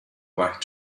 back